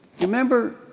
Remember